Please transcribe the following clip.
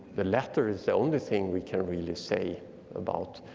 the latter is the only thing we can really say about.